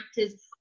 actors